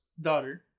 daughter